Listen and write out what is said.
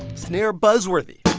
snare buzzworthy.